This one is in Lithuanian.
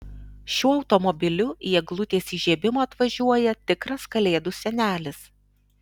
šiuo automobiliu į eglutės įžiebimą atvažiuoja tikras kalėdų senelis